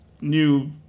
new